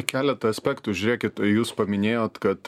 keletą aspektų žiūrėkit jūs paminėjot kad